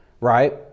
right